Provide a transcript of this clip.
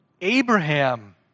Abraham